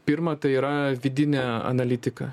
pirma tai yra vidinė analitika